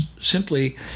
simply